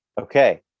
Okay